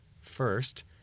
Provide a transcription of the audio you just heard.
First